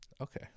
okay